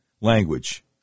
language